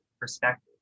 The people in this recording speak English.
Perspective